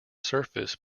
surface